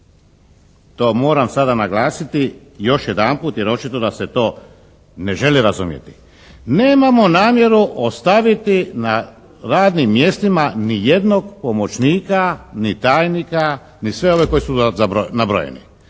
To moram sada naglasiti još jedanput jer očito da se to ne želi razumjeti. Nemamo namjeru ostaviti na radnim mjestima ni jednog pomoćnika, ni tajnika, ni sve ove koji su nabrojeni.